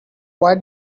why